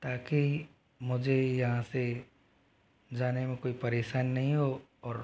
ताकि मुझे यहाँ से जाने में कोई परेशानी नहीं हो और